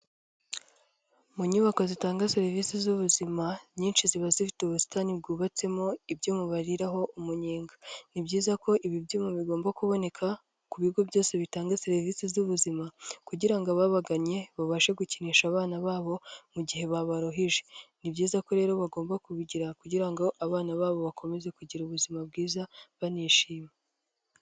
Mu nyubako zitanga serivisi z'ubuzima, inyinshi ziba zifite ubusitani bwubatsemo ibyo bariraho umunyenga. Ni byiza ko ibi byuma bigomba kuboneka ku bigo byose bitanga serivisi z'ubuzima kugira ngo ababagannye babashe gukinisha abana babo mu gihe babaruhije. Ni byiza ko rero bagomba kubigira kugira ngo abana babo bakomeze kugira ubuzima bwiza banishima.